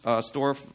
store